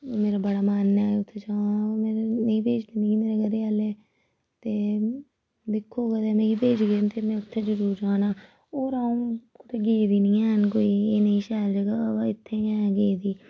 मेरा बड़ा मन ऐ उत्थां जां में नेईं भेजदे मिगी मेरे घरा आह्ले ते दिक्खो कदें मिगी भेजदे न ते मै उत्थें ज़रूर जाना होर अ'ऊं कुतै गेदी नी हैन कोई एह् नेही शैल एह् जगह अवा इत्थें गै गेदी